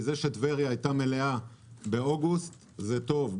כי זה שטבריה הייתה מלאה באוגוסט זה טוב,